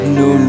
no